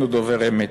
בשום פנים ואופן.